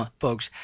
folks